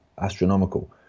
astronomical